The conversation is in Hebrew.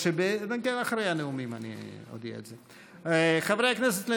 חברי הכנסת,